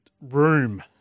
room